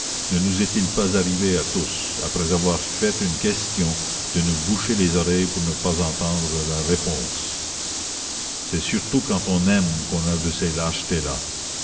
ne nous est-il pas arrivé à tous après avoir fait une question de nous boucher les oreilles pour ne pas entendre la réponse c'est surtout quand on aime qu'on a de ces